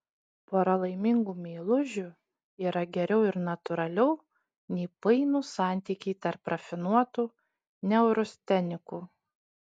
pora laimingų meilužių yra geriau ir natūraliau nei painūs santykiai tarp rafinuotų neurastenikų